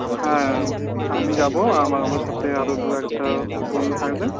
হ্যাঁ আমি যাব আমার সাথে আরো দু একটা বন্ধু থাকবে